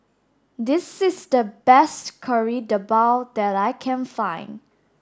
this is the best Kari Debal that I can find